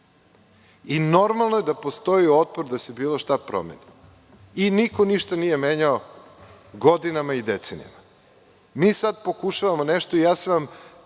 Normalno je da postoji otpor da se bilo šta promeni i niko ništa nije menjao godinama i decenijama. Sada pokušavamo nešto i dva